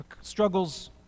struggles